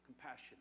Compassion